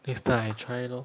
next time I try lor